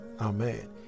amen